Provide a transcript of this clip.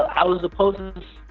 i was supposed